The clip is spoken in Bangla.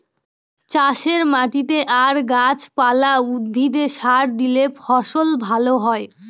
চাষের মাটিতে আর গাছ পালা, উদ্ভিদে সার দিলে ফসল ভালো হয়